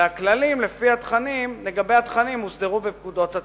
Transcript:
והכללים לגבי התכנים הוסדרו בפקודות הצבא.